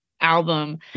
album